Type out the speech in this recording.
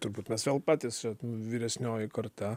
turbūt mes patys vyresnioji karta